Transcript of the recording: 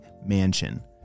mansion